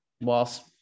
whilst